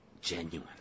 genuine